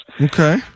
Okay